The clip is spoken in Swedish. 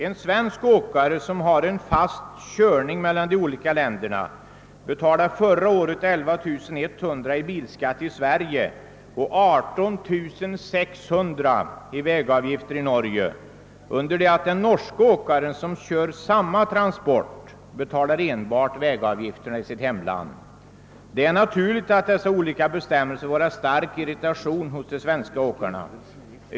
En svensk åkare, som har en fast körning mellan de olika länderna, betalade förra året 11 100 kronor i bilskatt i Sverige och 18 600 kronor i vägavgifter i Norge. Den norske åkare som utför samma transporter betalar däremot enbart de norska vägavgifterna. Det är naturligt att dessa olikheter i bestämmelserna vållar stark irritation hos de svenska åkarna.